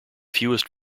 fewest